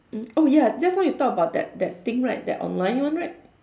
mm oh ya just now you talk about that that thing right that online one right